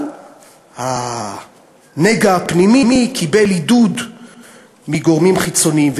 אבל הנגע הפנימי קיבל עידוד מגורמים חיצוניים.